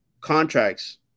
contracts